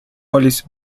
police